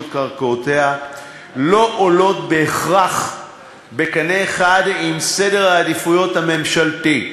קרקעותיה לא עולות בהכרח בקנה אחד עם סדר העדיפויות הממשלתי,